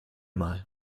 mal